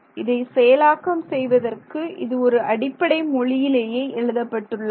இதை செயலாக்கம் செய்வதற்கு இது ஒரு அடிப்படை மொழியிலேயே எழுதப்பட்டுள்ளது